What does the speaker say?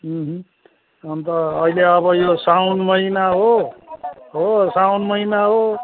अन्त अहिले अब यो साउन महिना हो हो साउन महिना हो